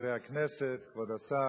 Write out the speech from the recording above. חברי הכנסת, כבוד השר,